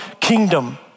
kingdom